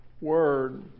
Word